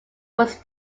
was